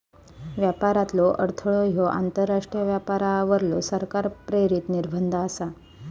व्यापारातलो अडथळो ह्यो आंतरराष्ट्रीय व्यापारावरलो सरकार प्रेरित निर्बंध आसा